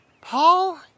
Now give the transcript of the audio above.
Paul